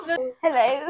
Hello